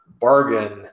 bargain